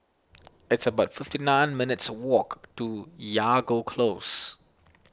it's about fifty nine minutes' walk to Jago Close